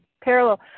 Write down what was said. parallel